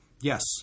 Yes